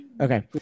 Okay